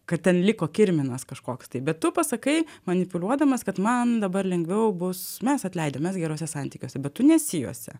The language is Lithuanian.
kad ten liko kirminas kažkoks tai bet tu pasakai manipuliuodamas kad man dabar lengviau bus mes atleidę mes geruose santykiuose bet tu nesi juose